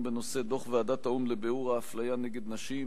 בנושא: דוח ועדת האו"ם לביעור האפליה נגד נשים,